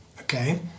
Okay